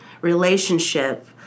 relationship